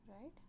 right